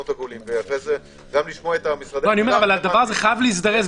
הממשלה- -- אבל הדבר הזה חייב להזדרז.